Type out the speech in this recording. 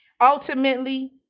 Ultimately